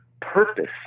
purpose